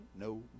No